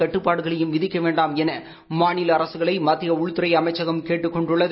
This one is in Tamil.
கட்டுப்பாடுகளையும் விதிக்க வேண்டாம் என மாநில அரசுகளை மத்திய உள்துறை அமைச்சகம் கேட்டுக் கொண்டுள்ளது